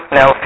no